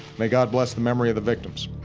may god bless the memory of the victims,